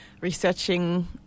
researching